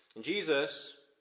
Jesus